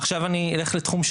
כאשר ידידי סימון מדבר על עכשיו,